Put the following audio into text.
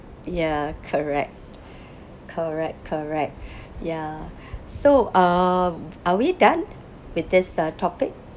ya correct correct correct ya so um are we done with this uh topic